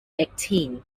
eighteen